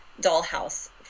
dollhouse